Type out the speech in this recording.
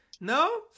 No